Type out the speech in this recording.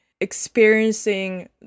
experiencing